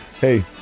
hey